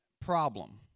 problem